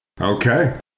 Okay